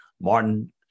Martin